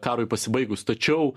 karui pasibaigus tačiau